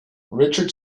richard